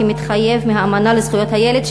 כמתחייב מהאמנה בדבר זכויות הילד,